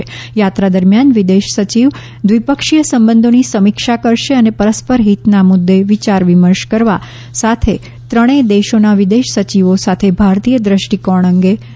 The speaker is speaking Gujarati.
થાત્રા દરમિયાન વિદેશ સચિવ દ્વિપક્ષીય સંબંધોની સમીક્ષા કરશે અને પરસ્પર હિતના મુદ્દે વિયાર વિમર્શ કરવા સાથે ત્રણેય દેશોના વિદેશ સચિવો સાથે ભારતીય દ્રષ્ટિકોણ અંગે ચર્ચા કરશે